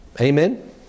Amen